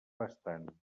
bastant